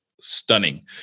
stunning